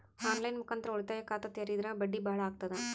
On line ಮುಖಾಂತರ ಉಳಿತಾಯ ಖಾತ ತೇರಿದ್ರ ಬಡ್ಡಿ ಬಹಳ ಅಗತದ?